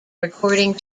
recording